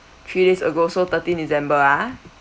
three days ago so thirteen december ah